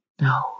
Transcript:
No